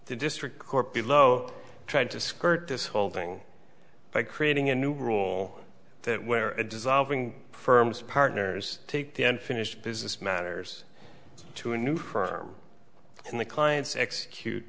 district court below tried to skirt this holding by creating a new rule that where a dissolving firms partners take the end finished business matters to a new firm and the clients execute